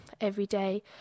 everyday